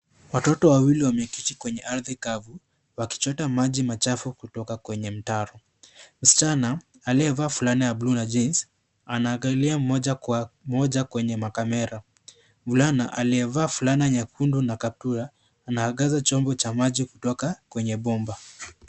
Watoto wawili wameketi kwenye ardhi kavu wakichota maji machafu kutoka kwenye mtaro. Msichana aliyevaa fulana ya bluu na jensi anaangalia moja kwa moja kwenye makamera. Mvulana aliyevaa fulana nyekundu na kaptura anaangaza chombo cha maji kutoka kwenye bomba.